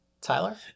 Tyler